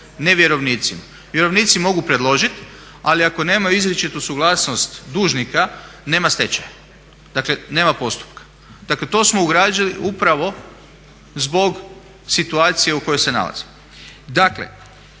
ne vjerovnicima. Vjerovnici mogu predložiti ali ako nemaju izričitu suglasnost dužnika nema stečaja. Dakle nema postupka. Dakle to smo ugradili upravo zbog situacije u kojoj se nalazimo. Dakle,